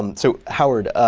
and so howard,